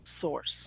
source